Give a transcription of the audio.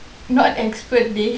not expert dey